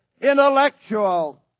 intellectual